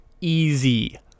Easy